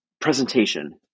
presentation